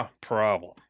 problem